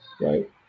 right